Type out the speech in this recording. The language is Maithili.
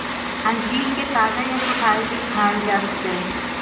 अंजीर कें ताजा या सुखाय के खायल जा सकैए